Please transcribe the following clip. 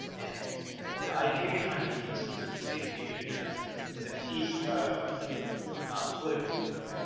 and the idea behind the piece was that the state of the union address is a piece of political theater.